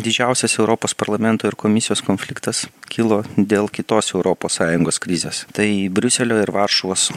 didžiausias europos parlamento ir komisijos konfliktas kilo dėl kitos europos sąjungos krizės tai briuselio ir varšuvos